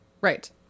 Right